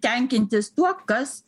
tenkintis tuo kas